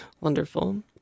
Wonderful